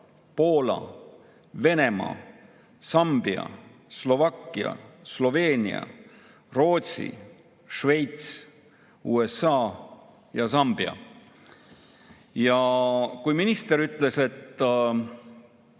Poola, Venemaa, Sambia, Slovakkia, Sloveenia, Rootsi, Šveits, USA ja Sambia. Ja kui minister ütles, et